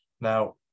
Now